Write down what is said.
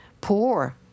poor